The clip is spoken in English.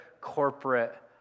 corporate